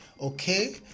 okay